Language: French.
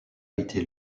été